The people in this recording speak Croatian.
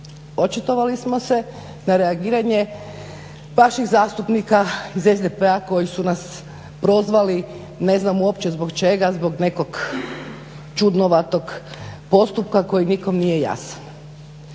Očitovali smo se na reagiranje vaših zastupnika iz SDP-a koji su nas prozvali, ne znam uopće zbog čega, zbog nekog čudnovatog postupka koji nikom nije jasan.